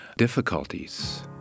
Difficulties